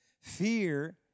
Fear